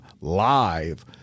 live